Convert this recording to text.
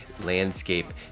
landscape